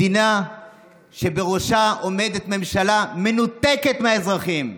מדינה שבראשה עומדת ממשלה מנותקת מהאזרחים.